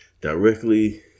directly